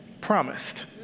promised